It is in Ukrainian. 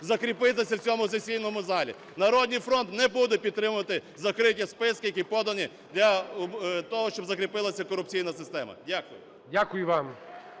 закріпитися в цьому сесійному залі. "Народний фронт" не буде підтримувати закриті списки, які подані для того, щоб закріпилася корупційна система. Дякую.